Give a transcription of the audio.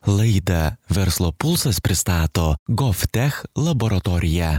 laidą verslo pulsas pristato gof tech laboratorija